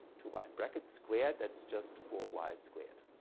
two y in brackets squared that's just four y squared.